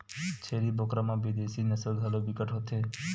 छेरी बोकरा म बिदेसी नसल घलो बिकट के होथे